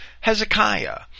Hezekiah